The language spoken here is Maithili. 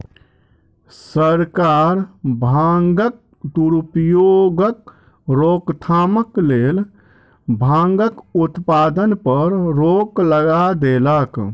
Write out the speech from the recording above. सरकार भांगक दुरुपयोगक रोकथामक लेल भांगक उत्पादन पर रोक लगा देलक